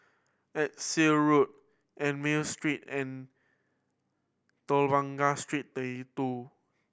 Exeter Road Ernani Street and Telok Blangah Street Thirty Two